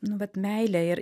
nu vat meilė ir